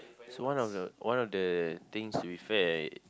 so one of the one of the things to be fair